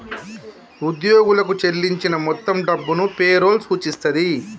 ఉద్యోగులకు చెల్లించిన మొత్తం డబ్బును పే రోల్ సూచిస్తది